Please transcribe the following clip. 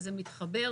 וזה מתחבר